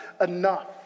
enough